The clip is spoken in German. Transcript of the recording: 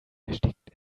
versteckt